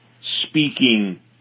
speaking